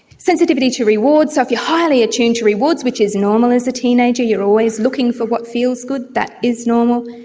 sensitivity to rewards. so if you are highly attuned to rewards, which is normal as a teenager, you are always looking for what feels good, that is normal,